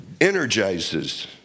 energizes